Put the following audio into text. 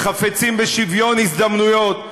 וחפצים בשוויון הזדמנויות,